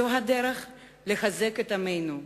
זו הדרך לחזק את עמנו,